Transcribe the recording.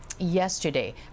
yesterday